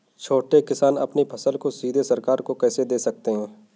छोटे किसान अपनी फसल को सीधे सरकार को कैसे दे सकते हैं?